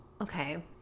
Okay